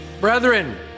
Brethren